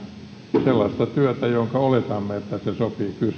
sellaista työtä josta oletamme että se sopii kyseiselle